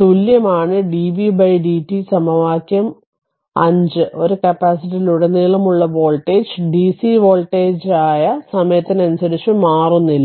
തുല്യമാണ് dvdt സമവാക്യം 5 ഒരു കപ്പാസിറ്ററിലുടനീളമുള്ള വോൾട്ടേജ് ഡിസി വോൾട്ടേജായ സമയത്തിനനുസരിച്ച് മാറുന്നില്ല